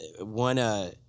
one